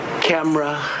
camera